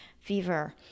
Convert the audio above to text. fever